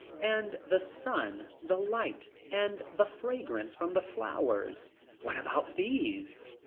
and the sun, the light, and the fragrance from the flowers, what about these?